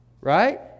right